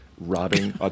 robbing